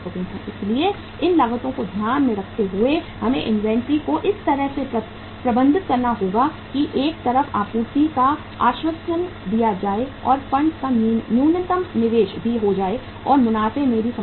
इसलिए इन लागतों को ध्यान में रखते हुए हमें इन्वेंट्री को इस तरह से प्रबंधित करना होगा कि एक तरफ आपूर्ति का आश्वासन दिया जाए और फंड्स का न्यूनतम निवेश भी हो जाए और मुनाफे में भी समझौता न हो